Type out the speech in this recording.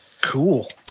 Cool